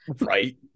right